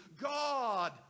God